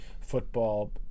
football